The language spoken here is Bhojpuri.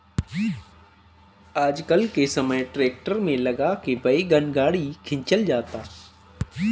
आजकल के समय ट्रैक्टर में लगा के वैगन गाड़ी खिंचल जाता